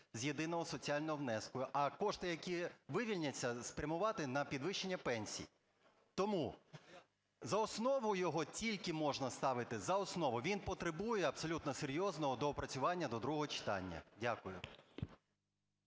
з єдиного соціального внеску, а кошти, які вивільняться, спрямувати на підвищення пенсій. Тому за основу його тільки можна ставити, за основу, він потребує абсолютно серйозного доопрацювання до другого читання. Дякую.